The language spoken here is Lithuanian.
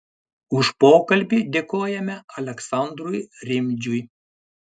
už pokalbį dėkojame aleksandrui rimdžiui